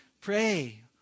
Pray